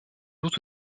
doute